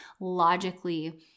logically